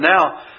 now